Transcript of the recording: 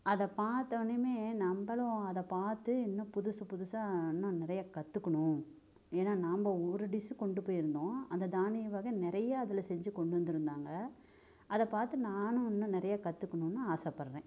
அதை பார்த்த ஒடனயுமே நம்மளும் அதை பார்த்து இன்னும் புதுசு புதுசாக இன்னும் நிறைய கற்றுக்குணும் ஏன்னால் நாம் ஒரு டிஸ் கொண்டு போயிருந்தோம் அந்த தானிய வகை நிறையா அதில் செஞ்சு கொண்டு வந்திருந்தாங்க அதை பார்த்து நானும் இன்னும் நிறைய கற்றுக்குணுன்னு ஆசைப்படுறேன்